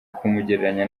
kumugereranya